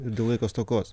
ir dėl laiko stokos